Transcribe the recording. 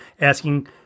asking